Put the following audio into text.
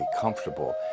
comfortable